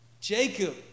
Jacob